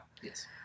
yes